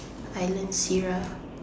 I learn sirah